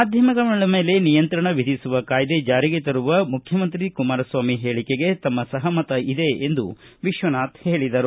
ಮಾಧ್ಯಮಗಳ ಮೇಲೆ ನಿಯಂತ್ರಣ ವಿಧಿಸುವ ಕಾಯ್ದೆ ಜಾರಿಗೆ ತರುವ ಮುಖ್ಯಮಂತ್ರಿ ಕುಮಾರಸ್ವಾಮಿ ಹೇಳಿಕೆಗೆ ಸಹಮತ ಇದೆ ಎಂದು ವಿಶ್ವನಾಥ ಹೇಳಿದರು